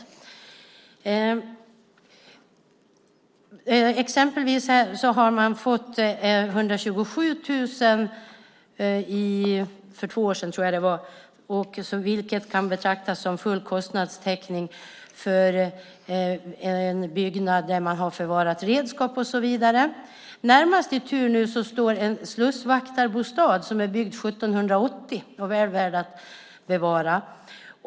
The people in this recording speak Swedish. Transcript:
Man fick exempelvis 127 000 för två år sedan, vilket kan betraktas som full kostnadstäckning för en byggnad där man förvarar redskap och annat. Närmast i tur står en slussvaktarbostad som är byggd 1780 och väl värd att bevara.